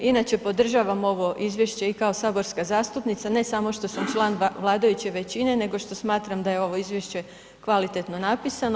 Inače podržavam ovo izvješće i kao saborska zastupnica, ne samo što sam član vladajuće većine, nego što smatram da je ovo izvješće kvalitetno napisano.